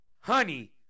Honey